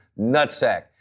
nutsack